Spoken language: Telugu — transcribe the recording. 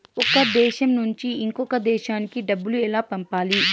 ఒక దేశం నుంచి ఇంకొక దేశానికి డబ్బులు ఎలా పంపాలి?